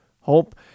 Hope